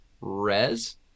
res